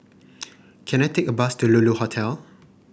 can I take a bus to Lulu Hotel